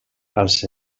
els